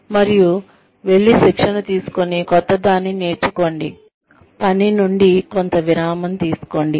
మరియు వెళ్లి శిక్షణ తీసుకొని క్రొత్తదాన్ని నేర్చుకోండి పని నుండి కొంత విరామం తీసుకోండి